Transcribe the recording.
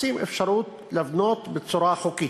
מחפשים אפשרות לבנות בצורה חוקית,